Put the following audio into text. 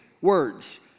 words